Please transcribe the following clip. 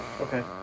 Okay